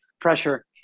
pressure